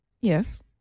Yes